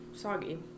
soggy